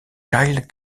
kyle